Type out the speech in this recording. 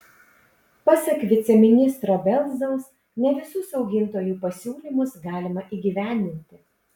pasak viceministro belzaus ne visus augintojų pasiūlymus galima įgyvendinti